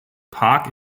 park